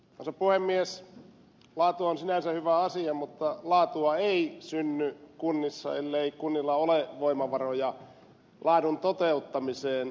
laatu on sinänsä hyvä asia mutta laatua ei synny kunnissa ellei kunnilla ole voimavaroja laadun toteuttamiseen